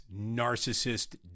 narcissist